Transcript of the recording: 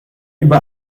über